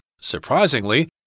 Surprisingly